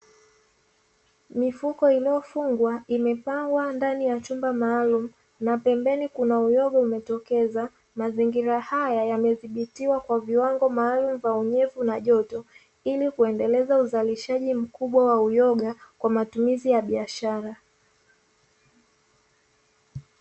Mifuko iliyofungwa imepangwa ndani ya chumba maalumu, na pembeni kuna uyoga umetokeza. Mazingira haya yamedhibitiwa kwa viwango maalumu vya unyevu na joto ili kuendeleza uzalishaji mkubwa wa uyoga kwa matumizi ya biashara.